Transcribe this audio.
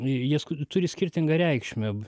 jie turi skirtingą reikšmę